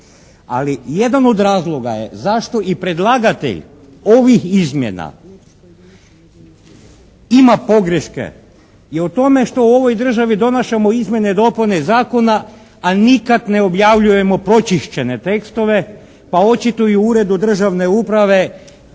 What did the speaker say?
Ali jedan od razloga je zašto i predlagatelj ovih izmjena ima pogreške je u tome što u ovoj državi donašamo izmjene i dopune zakona, a nikad ne objavljujemo pročišćene tekstove pa očito i u Uredu državnu uprave